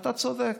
אתה צודק.